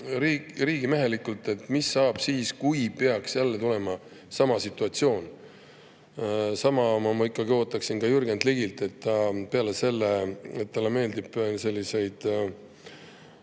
riigimehelikult: mis saab siis, kui peaks jälle tulema sama situatsioon. Sama ootaksin ma ikkagi ka Jürgen Ligilt: et ta peale selle, et ta siin selliseid,